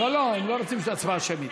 שמית.